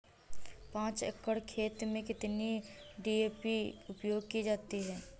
पाँच एकड़ खेत में कितनी डी.ए.पी उपयोग की जाती है?